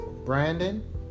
Brandon